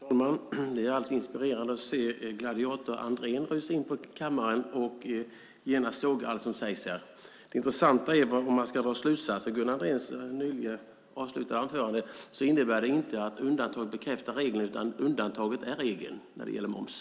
Fru talman! Det är alltid inspirerande att se gladiator Andrén rusa in i kammaren och genast såga allt som sägs här. Enligt Gunnar Andréns nyligen avslutade anförande är det inte undantaget som bekräftar regeln utan undantaget som är regeln när det gäller moms.